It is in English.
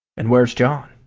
and where's john?